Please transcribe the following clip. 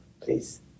Please